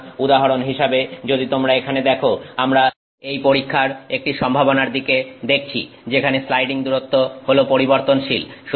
সুতরাং উদাহরন হিসাবে যদি তোমরা এখানে দেখো আমরা এই পরীক্ষার একটি সম্ভাবনার দিকে দেখছি যেখানে স্লাইডিং দূরত্ব হলো পরিবর্তনশীল